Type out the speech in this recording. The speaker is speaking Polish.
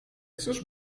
cóż